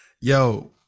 Yo